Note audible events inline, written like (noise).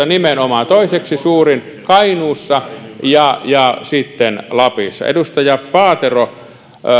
(unintelligible) nimenomaan satakunnassa toiseksi suurin kainuussa ja ja sitten lapissa edustaja paatero